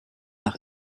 nach